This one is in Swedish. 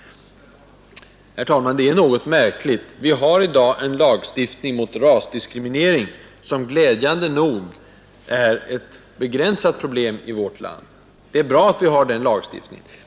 Herr talman! I dag har vi en lagstiftning mot rasdiskriminering, vilket glädjande nog är ett begränsat problem i vårt land. Det är bra att vi har den lagstiftningen.